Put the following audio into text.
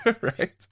right